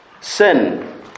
sin